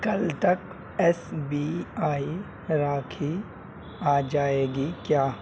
کل تک S B I rakhi آ جائے گی کیا